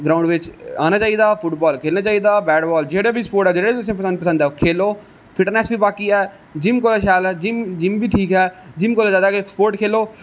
आना चाहिदा फुटबाल खेलना चाहिदा बेटबाल जेहड़ा बी स्पोट ऐ जेहड़ा बी तुसें गी पसंद ऐ ओह् खेलो फिटनेस बी बाकी ठीक ऐ जिम कोला शैल ऐ जिम बी ठीक ऐ जिम कोला ज्यादा अगर तुस स्पोट खेलो